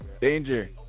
danger